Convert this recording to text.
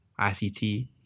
ICT